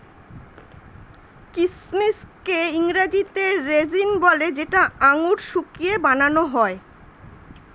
কিচমিচকে ইংরেজিতে রেজিন বলে যেটা আঙুর শুকিয়ে বানান হয়